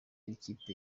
b’ikipe